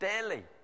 daily